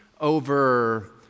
over